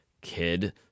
kid